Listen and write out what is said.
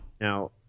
Now